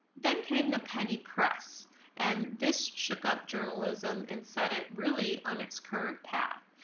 then came the penny press and this shook up journalism and set it really on its current path.